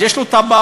אז יש לו ועד-בית,